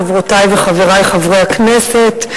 חברותי וחברי חברי הכנסת,